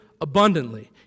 abundantly